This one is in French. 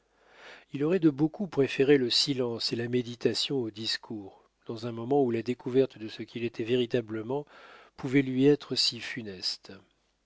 il aurait de beaucoup préféré le silence et la méditation aux discours dans un moment où la découverte de ce qu'il était véritablement pouvait lui être si funeste